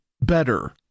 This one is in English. better